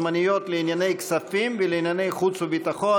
ומאיר כהן לסגנים ליושב-ראש הכנסת נתקבלה.